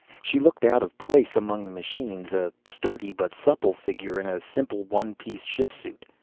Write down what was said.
she looked out of place among the machines, a sturdy but supple figure in a simple, one-piece shipsuit.